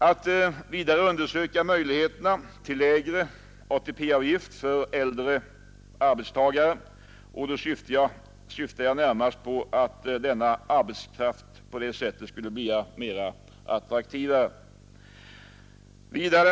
Att undersöka möjligheterna till lägre ATP-avgift för äldre arbetstagare, närmast i syfte att göra denna arbetskraft attraktivare.